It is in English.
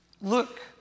look